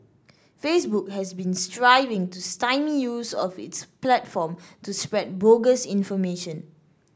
Facebook has been striving to stymie use of its platform to spread bogus information